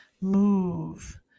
move